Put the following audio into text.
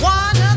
one